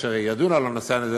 כאשר ידונו בנושא הזה,